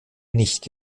nicht